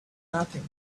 nothing